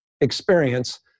experience